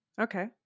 Okay